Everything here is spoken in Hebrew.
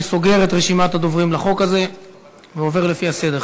אני סוגר את רשימת הדוברים לחוק הזה ועובר לפי הסדר.